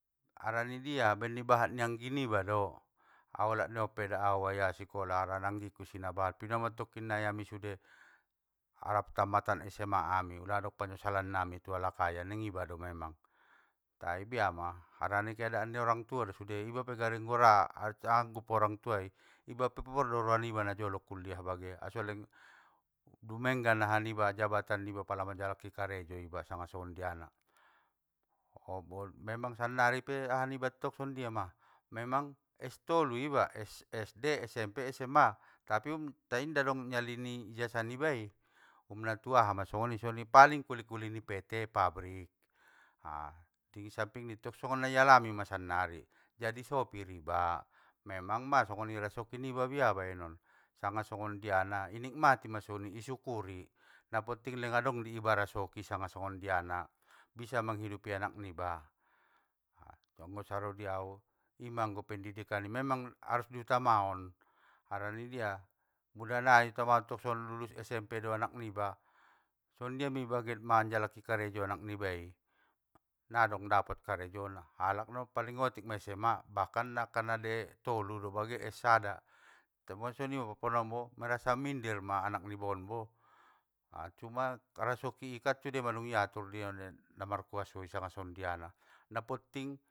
Haranidia, ambaen bahat ni anggi niba do, auolat ni onpe da au ayyyah sikola, harana anggiku isi nabahat, pinomat tokkinnai ami sude rap tammatan SMA ami nadong panosalan niami tu alak ayah ning iba do memang, tai biama harani keadaan ni orang tua do sude iba pegari anggora sanggup orang tuai iba pe por do roaniba najolo kuliah bangen, aso leng- dumenggan aha niba jabatan niba pala manjaliki karejo iba sanga songondiana. Memang sannari pe, ahaniba tong songondiama, memang es tolu iba, SD SMP SMA tapi um inda dong nyali ni ijasah nibai, um natuaha masongoni paling kuli kuli ni pt pabrik, a disampingi tong songon nai alami ma sannari, jadi sopir iba, memang mang songoni rasoki niba bia baenon, sanga songondiana inikmati masongoi isukuri, napotting leng adong di iba rasoki sanga songondiana, bisa manghidupi anak niba, anggo saro diau, ima anggo pendidikan i memang harus diutamaon, harani bia, mula nai utamaon tong songgon lulus SMP do anak niba, songonjia mei get manjalaki karejo anak ibai i, nadong dapot karejona halak paling otik ma na sma, bahkan na ale tolu do es sada, tema songonima parpaombo merasa minder ma anak niba onbo, cuman rasoki ikan sude mandung iatur namarkuasoi sanga songondiana, napotting.